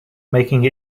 making